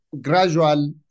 gradual